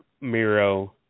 Miro